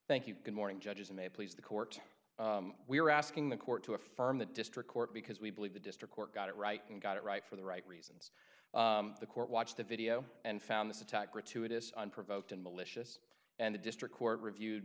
you good morning judges may please the court we are asking the court to affirm the district court because we believe the district court got it right and got it right for the right reasons the court watched the video and found this attack gratuitous unprovoked and malicious and the district court reviewed